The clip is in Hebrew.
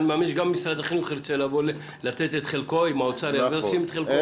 אני מאמין שגם משרד החינוך ירצה לתת את חלקו אם האוצר ישים את חלקו.